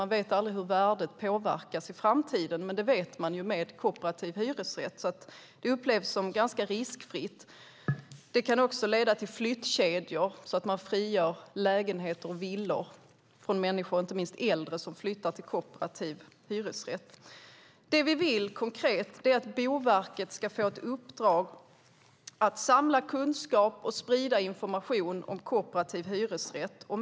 Man vet aldrig hur värdet påverkas i framtiden, men det vet man ju med kooperativ hyresrätt. Det upplevs som ganska riskfritt. Det kan också leda till flyttkedjor där man frigör lägenheter och villor när inte minst äldre flyttar till kooperativ hyresrätt. Det vi vill konkret är att Boverket ska få i uppdrag att samla kunskap och sprida information om kooperativ hyresrätt.